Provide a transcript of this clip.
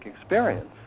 experience